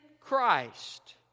Christ